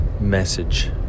message